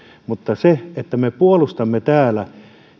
mutta me puolustamme täällä